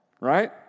right